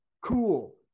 cool